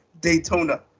Daytona